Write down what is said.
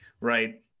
right